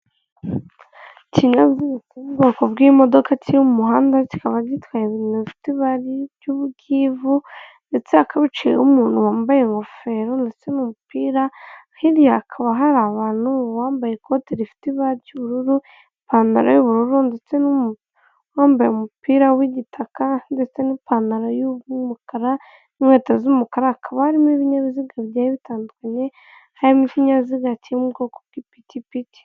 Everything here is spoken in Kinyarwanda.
Ikinyabiga kiri ubwoko bw'imodoka kirimo mu muhanda, kikaba gitwaye ibintu fite ibara by'ubw'ivu ndetse hakabaciyeho umuntu wambaye ingofero ndetse n'umupira hirya hakaba hari abantu wambaye ikote rifite ibara ry'ubururu ipantaro y'ubururu ndetse wambaye umupira w'igitaka ndetse n'ipantaro y'umukara n'inkweto z'umukara hakaba harimo ibinyabiziga bigiye bitandukanye, hamo ikinyabiziga kiri mu ubwoko bw'ipitipiki.